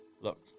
Look